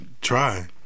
try